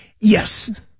yes